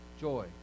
joy